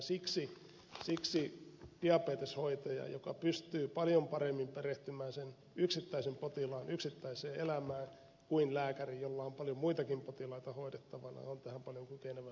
siksi diabeteshoitaja joka pystyy paljon paremmin perehtymään sen yksittäisen potilaan yksittäiseen elämään kuin lääkäri jolla on paljon muitakin potilaita hoidettavana on tähän paljon kykenevämpi